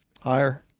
Higher